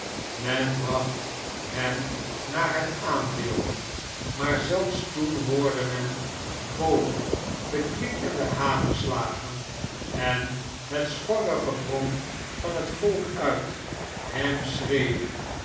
men bracht hem naar het aanbeeld maar zelfs toen hoordemen boven de klinkende hamerslagen en het schorre gebrom van het yolk uit hem schreeuwen